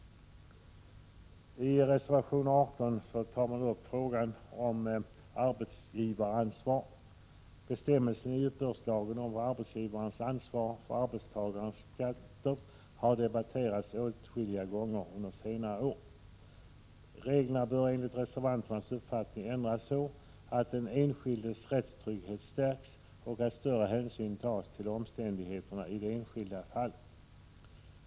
I reservation 18 tar man upp frågan om arbetsgivaransvar. Bestämmelserna i uppbördslagen om arbetsgivarens ansvar för arbetstagarens skatt har debatterats åtskilliga gånger under senare år. Reglerna bör enligt reservanternas uppfattning ändras så att den enskildes rättstrygghet stärks och att större hänsyn tas till omständigheterna i det enskilda fallet.